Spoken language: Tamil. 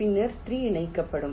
பின்னர் 3 இணைக்கப்படும்